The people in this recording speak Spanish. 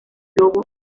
lobo